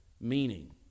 meaning